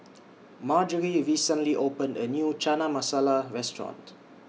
Marjory recently opened A New Chana Masala Restaurant